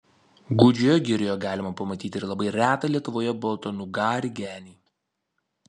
gūdžioje girioje galima pamatyti ir labai retą lietuvoje baltnugarį genį